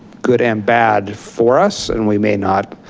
good and bad for us, and we may not.